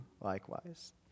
likewise